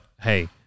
hey